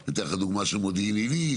אני אתן לך דוגמה של מודיעין עילית,